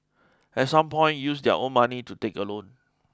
at some point use their own money to take a loan